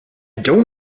don’t